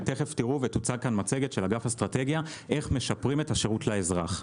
תכף תוצג כאן מצגת של אגף אסטרטגיה איך משפרים את השירות לאזרח.